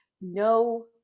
no